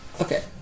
Okay